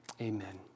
Amen